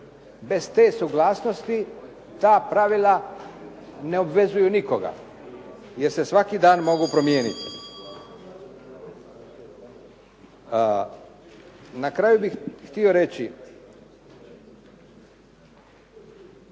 Bez te suglasnosti, ta pravila ne obvezuju nikoga jer se svaki dan mogu promijeniti. Na kraju bih htio reći